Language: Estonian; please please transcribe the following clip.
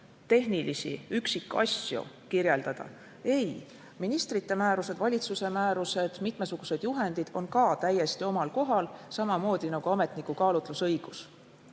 tehnilisi üksikasju kirjeldada. Ei, ministrite määrused, valitsuse määrused, mitmesugused juhendid on ka täiesti omal kohal, samuti ametniku kaalutlusõigus.